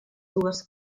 dues